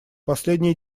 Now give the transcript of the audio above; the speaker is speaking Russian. последние